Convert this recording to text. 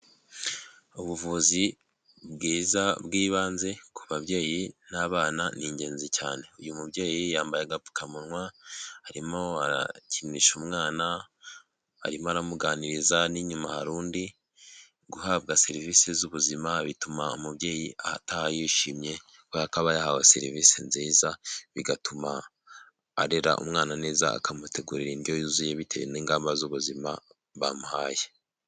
Ubuvuzi bwiza bw'ibanze ku babyeyi n'abana ni ingenzi cyane. Uyu mubyeyi yambaye agapfukamunwa, arimo arakinisha umwana, arimo aramuganiriza n'inyuma hari undi, guhabwa serivisi z'ubuzima bituma umubyeyi ataha yishimye kubera ko aba yahawe serivisi nziza, bigatuma arera umwana neza, akamutegurira indyo yuzuye bitewe n'ingamba z'ubuzima bamuhaye.